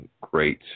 great